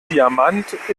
diamant